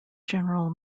general